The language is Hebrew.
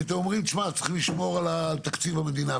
אתם אומרים "שמע צריך לשמור על תקציב המדינה",